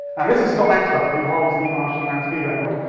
and this is scott maxwell, who holds the martian land speed record.